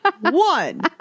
One